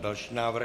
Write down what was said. Další návrh.